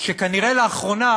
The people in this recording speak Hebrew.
כנראה לאחרונה